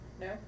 No